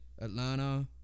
Atlanta